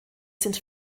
sind